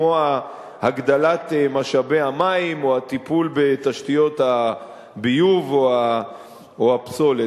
כמו הגדלת משאבי המים או הטיפול בתשתיות הביוב או הפסולת.